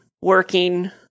working